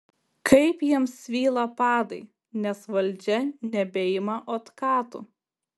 kaip jiems svyla padai nes valdžia nebeima otkatų